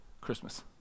Christmas